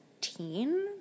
teen